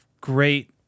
great